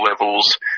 levels